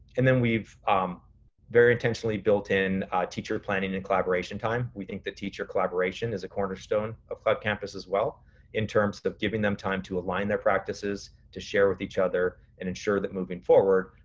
and then we've um very intentionally built in teacher planning and collaboration time. we think that teacher collaboration is a cornerstone of cloud campus as well in terms of giving them time to align their practices, to share with each other and ensure that moving forward,